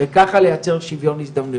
וככה לייצר שוויון הזדמנויות.